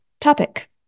topic